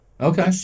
Okay